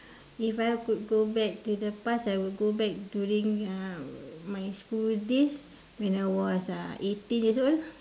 if I could go back to the past I would go back during uh my school days when I was uh eighteen years old